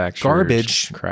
garbage